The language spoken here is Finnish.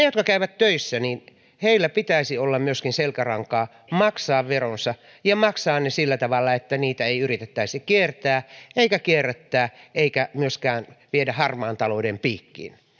jotka käyvät töissä pitäisi olla myöskin selkärankaa maksaa veronsa ja maksaa ne sillä tavalla että niitä ei yritettäisi kiertää eikä kierrättää eikä myöskään viedä harmaan talouden piikkiin